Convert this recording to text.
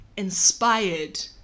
inspired